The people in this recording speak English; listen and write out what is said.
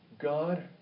God